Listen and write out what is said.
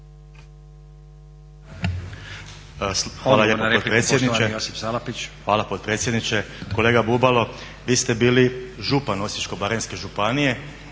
hvala potpredsjedniče. Kolega Bubalo, vi ste bili župan Osječko-baranjske županije